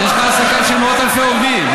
יש לך העסקה של מאות אלפי עובדים,